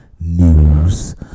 news